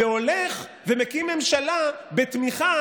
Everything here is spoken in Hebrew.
והולך ומקים ממשלה בתמיכה,